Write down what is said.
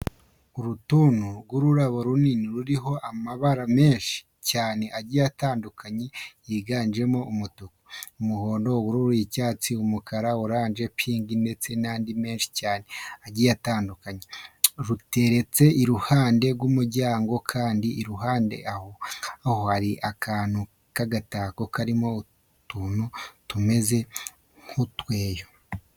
Uruntu rw'urubaro runini ruriho amabara menshi cyane agiye atandukanye yiganjemo umutuku, umuhondo, ubururu, icyatsi, umukara, oranje, pinki ndetse n'andi menshi cyane agiye atandukanye. Ruteretse iruhande rw'umuryango kandi iruhande aho ngaho hari akantu k'agatako karimo utuntu tumeze nk'utweyo.